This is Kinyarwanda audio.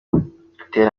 butera